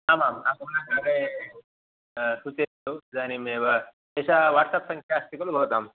आमाम् आगमनानन्तरे सूचयतु इदानीमेव एषा वाट्सप् सङ्ख्या अस्ति खलु भवताम्